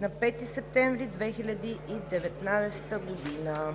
на 5 септември 2019 г.